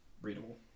readable